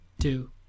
two